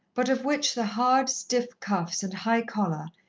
but of which the hard, stiff cuffs and high collar,